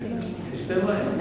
נשתה מים.